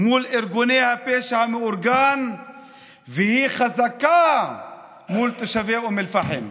מול ארגוני הפשע המאורגן והיא חזקה מול תושבי אום אל-פחם.